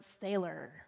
sailor